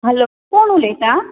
hello कोण उलयता